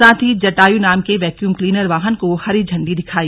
साथ ही जटायू नाम के वैक्यूम क्लीनर वाहन को हरी झण्डी दिखाई